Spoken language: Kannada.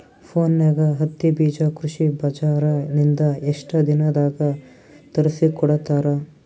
ಫೋನ್ಯಾಗ ಹತ್ತಿ ಬೀಜಾ ಕೃಷಿ ಬಜಾರ ನಿಂದ ಎಷ್ಟ ದಿನದಾಗ ತರಸಿಕೋಡತಾರ?